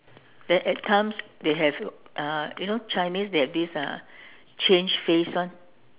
then at times they have uh you know Chinese they have this uh change face one